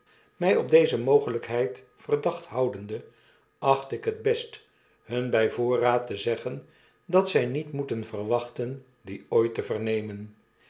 my op deze mogelykheid verdacht houdende acht ik het best hun by voorraad te zeggen dat zy niet moeten verwachten die ooitte vernemen